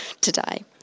today